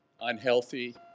unhealthy